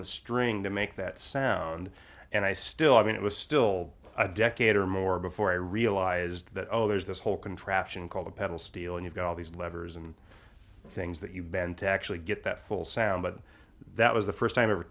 the string to make that sound and i still i mean it was still a decade or more before i realized that oh there's this whole contraption called a pedal steel and you've got all these levers and things that you bend to actually get that full sound but that was the first time ever